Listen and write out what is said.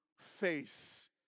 face